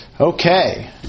Okay